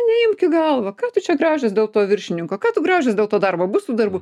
neimk į galvą ką tu čia graužies dėl to viršininko ką tu graužies dėl to darbo bus tų darbų